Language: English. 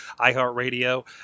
iHeartRadio